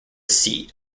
seat